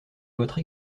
votre